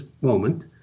moment